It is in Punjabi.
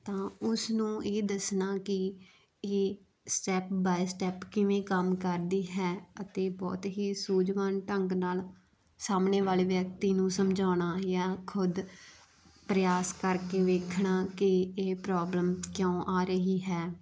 ਤਾਂ ਉਸ ਨੂੰ ਇਹ ਦੱਸਣਾ ਕਿ ਇਹ ਸਟੈਪ ਬਾਏ ਸਟੈਪ ਕਿਵੇਂ ਕੰਮ ਕਰਦੀ ਹੈ ਅਤੇ ਬਹੁਤ ਹੀ ਸੂਝਵਾਨ ਢੰਗ ਨਾਲ ਸਾਹਮਣੇ ਵਾਲੇ ਵਿਅਕਤੀ ਨੂੰ ਸਮਝਾਉਣਾ ਜਾਂ ਖੁਦ ਪ੍ਰਿਆਸ ਕਰਕੇ ਵੇਖਣਾ ਕਿ ਇਹ ਪ੍ਰੋਬਲਮ ਕਿਉਂ ਆ ਰਹੀ ਹੈ